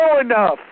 enough